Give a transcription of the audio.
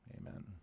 Amen